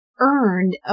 earned